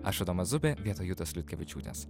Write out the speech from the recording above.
aš adomas zupė vietoj jutos liutkevičiūtės